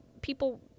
people